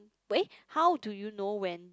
how do you know when